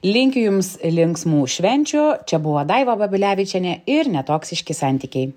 linkiu jums linksmų švenčių čia buvo daiva babilevičienė ir netoksiški santykiai